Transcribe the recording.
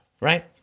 right